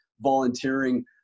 volunteering